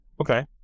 Okay